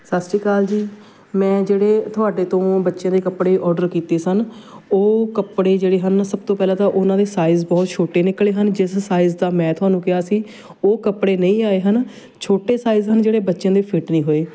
ਸਤਿ ਸ਼੍ਰੀ ਅਕਾਲ ਜੀ ਮੈਂ ਜਿਹੜੇ ਤੁਹਾਡੇ ਤੋਂ ਬੱਚਿਆਂ ਦੇ ਕੱਪੜੇ ਔਡਰ ਕੀਤੇ ਸਨ ਉਹ ਕੱਪੜੇ ਜਿਹੜੇ ਹਨ ਸਭ ਤੋਂ ਪਹਿਲਾਂ ਤਾਂ ਉਹਨਾਂ ਦੇ ਸਾਈਜ਼ ਬਹੁਤ ਛੋਟੇ ਨਿਕਲੇ ਹਨ ਜਿਸ ਸਾਈਜ਼ ਦਾ ਮੈਂ ਤੁਹਾਨੂੰ ਕਿਹਾ ਸੀ ਉਹ ਕੱਪੜੇ ਨਹੀਂ ਆਏ ਹਨ ਛੋਟੇ ਸਾਈਜ਼ ਹਨ ਜਿਹੜੇ ਬੱਚਿਆ ਦੇ ਫਿੱਟ ਨਹੀਂ ਹੋਏ